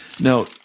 Now